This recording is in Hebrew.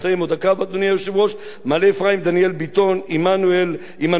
מעלה-אפרים דניאל ביטון, עמנואל, עזרא גרשי.